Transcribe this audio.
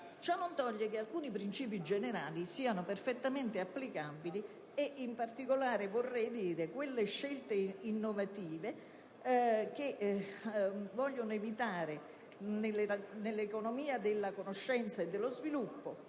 ciò non toglie che alcuni principi generali siano perfettamente applicabili. Mi riferisco in particolare a quelle scelte innovative che vogliono evitare, nell'economia della conoscenza e dello sviluppo,